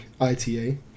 ITA